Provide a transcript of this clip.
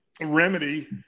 remedy